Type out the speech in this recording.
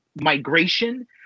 migration